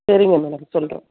சரிங்க மேடம் சொல்கிறேன்